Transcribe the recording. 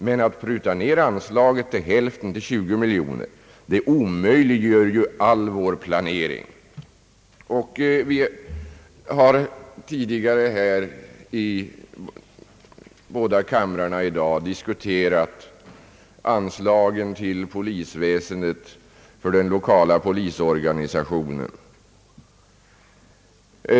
Men att pruta ner anslaget till hälften, 20 miljoner kronor, omöjliggör ju all vår planering. Vi har i båda kamrarna tidigare här i dag diskuterat frågan om anslagen till polisväsendet, bl.a. till den lokala polisorganisationen.